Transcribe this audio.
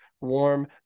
warm